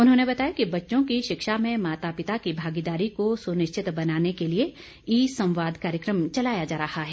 उन्होंने बताया कि बच्चों की शिक्षा में माता पिता की भागेदारी को सुनिश्चित बनाने के लिए ई संवाद कार्यक्रम चलाया जा रहा है